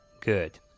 Good